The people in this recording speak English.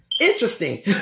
interesting